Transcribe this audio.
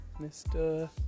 Mr